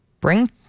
bring